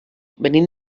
venim